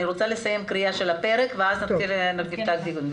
אני רוצה לסיים קריאה של הפרק ואז נפתח את הדיון.